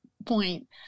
point